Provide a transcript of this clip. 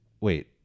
wait